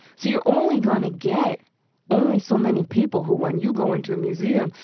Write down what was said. so you're only gonna get only so many people who when you go into a museum,